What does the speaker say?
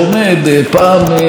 פעם ביום,